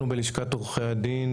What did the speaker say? אנחנו בלשכת עורכי הדין,